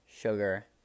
sugar